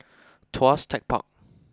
Tuas Tech Park